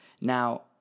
Now